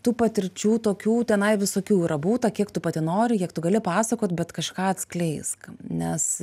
tų patirčių tokių tenai visokių yra būta kiek tu pati nori kiek tu gali pasakot bet kažką atskleisk nes